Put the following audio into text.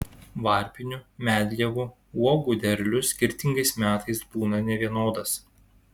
varpinių medlievų uogų derlius skirtingais metais būna nevienodas